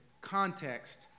context